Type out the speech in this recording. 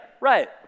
right